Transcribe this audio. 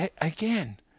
again